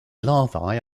larvae